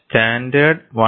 standard 1